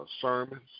sermons